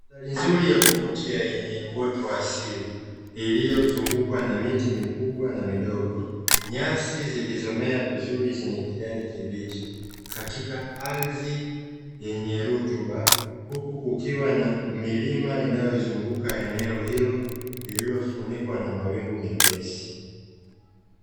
Mandhari nzuri ya kuvutia yenye uoto wa asili iliyozungukwa na miti mikubwa na midogo, nyasi zilizomea vizuri zenye kijani kibichi katika ardhi yenye rutuba, huku kukiwa na milima inayozunguka eneo hilo lililofunikwa na mawingu mepesi.